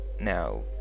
now